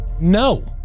No